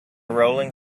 rolling